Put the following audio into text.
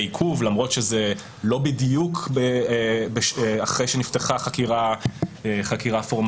עיכוב למרות שזה לא בדיוק אחרי שנפתחה חקירה פורמלית.